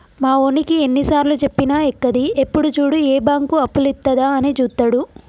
మావోనికి ఎన్నిసార్లుజెప్పినా ఎక్కది, ఎప్పుడు జూడు ఏ బాంకు అప్పులిత్తదా అని జూత్తడు